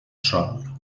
sol